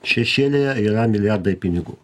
šešėlyje yra milijardai pinigų